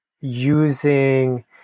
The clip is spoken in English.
using